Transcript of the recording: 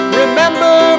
remember